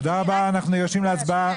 תודה רבה, אנחנו ניגשים להצבעה.